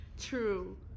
True